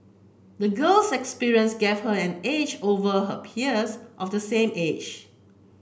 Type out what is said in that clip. the girl's experience gave her an edge over her peers of the same age